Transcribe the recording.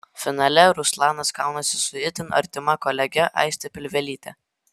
finale ruslanas kaunasi su itin artima kolege aiste pilvelyte